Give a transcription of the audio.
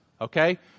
okay